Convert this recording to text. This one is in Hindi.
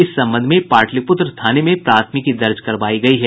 इस संबंध में पाटलीपुत्र थाने में प्राथमिकी दर्ज करवाई गयी है